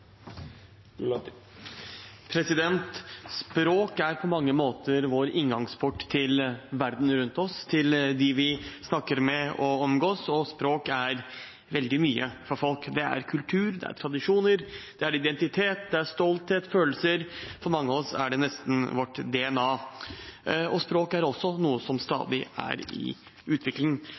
Språk er på mange måter vår inngangsport til verden rundt oss, til dem vi snakker med og omgås. Språk er veldig mye for folk. Det er kultur, det er tradisjoner, det er identitet, det er stolthet og følelser – for mange av oss er det nesten vårt DNA. Språk er også noe som stadig er i utvikling.